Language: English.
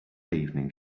evening